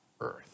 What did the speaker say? earth